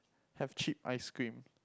have cheap ice cream